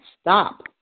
stop